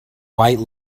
white